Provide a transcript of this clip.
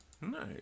Nice